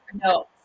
no